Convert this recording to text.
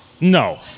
No